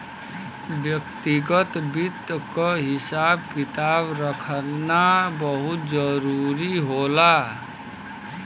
व्यक्तिगत वित्त क हिसाब किताब रखना बहुत जरूरी होला